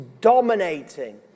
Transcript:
dominating